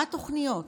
מה התוכניות?